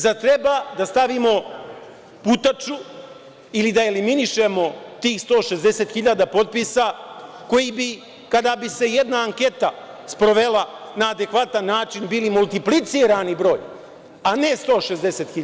Zar treba da stavimo putaču ili da eliminišemo tih 160.00 potpisa koji bi kada bi se jedna anketa sprovela na adekvatan način bili multiplicirani broj, a ne 160.000.